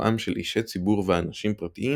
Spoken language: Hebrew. ובסיועם של אישי ציבור ואנשים פרטיים,